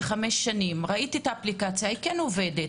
ראיתי אותה והיא כן עובדת.